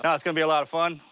and it's gonna be a lot of fun.